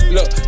Look